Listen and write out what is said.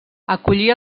acollia